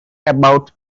about